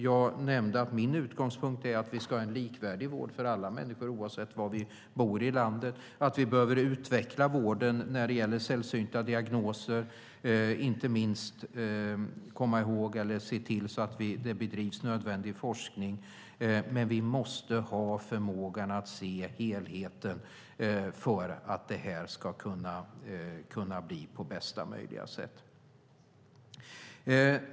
Jag nämnde att min utgångspunkt är att vi ska ha en likvärdig vård för alla människor oavsett var man bor i landet och att vi behöver utveckla vården när det gäller sällsynta diagnoser och inte minst se till att det bedrivs nödvändig forskning. Men vi måste ha förmågan att se helheten för att det här ska kunna bli på bästa möjliga sätt.